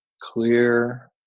clear